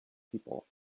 people